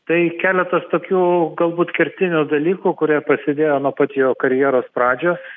tai keletas tokių galbūt kertinių dalykų kurie prasidėjo nuo pat jo karjeros pradžios